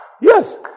Yes